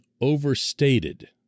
overstated